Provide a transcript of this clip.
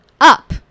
up